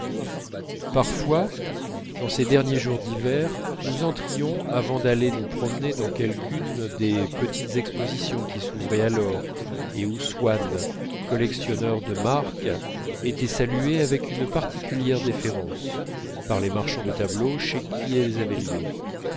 parfois dans ces derniers jours d'hiver nous entrions avant d'aller nous promener dans quelqu'une des petites expositions qui s'ouvraient alors et où swann collectionneur de marque était salué avec une particulière déférence par les marchands de tableaux chez qui elles avaient lieu